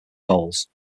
bowls